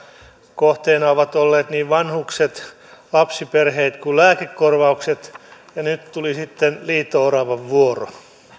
kohteina ovat olleet niin vanhukset lapsiperheet kuin lääkekorvaukset ja nyt tuli liito oravan vuoro